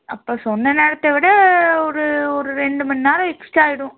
அப்போ சொன்ன நேரத்தை விட ஒரு ஒரு ரெண்டு மண்நேரம் எக்ஸ்ட்டாக ஆயிடும்